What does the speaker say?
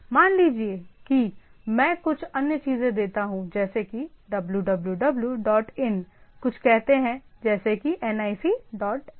मान लीजिए कि मैं कुछ अन्य चीजें देता हूं जैसे कि www डॉट इन कुछ कहते हैं जैसे कि nic डॉट इन